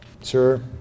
Sir